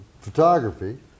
photography